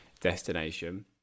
destination